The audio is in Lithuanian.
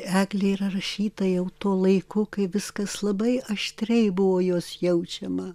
eglė yra rašyta jau tuo laiku kai viskas labai aštriai buvo jos jaučiama